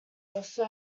also